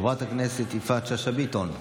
חברת הכנסת יפעת שאשא ביטון,